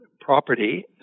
property